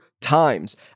times